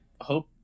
hope